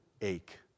ache